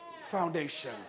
foundation